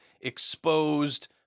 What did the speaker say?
exposed